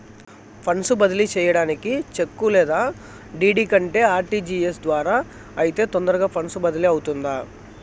funds బదిలీ సేయడానికి cheque లేదా డీ.డీ కంటే ఆర్.టి.జి.ఎస్ ద్వారా అయితే తొందరగా ఫండ్స్ బదిలీ అవుతుందా